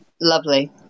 Lovely